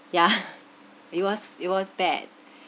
yeah it was it was bad